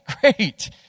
great